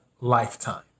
lifetime